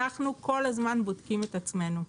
אנחנו כל הזמן בודקים את עצמנו.